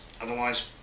otherwise